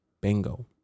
Bingo